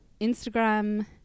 Instagram